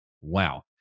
Wow